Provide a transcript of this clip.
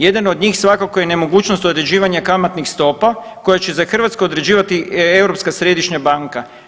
Jedan od njih svakako je nemogućnost određivanja kamatnih stopa koje će za Hrvatsku određivati Europska središnja banka.